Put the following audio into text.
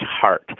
heart